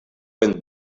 wind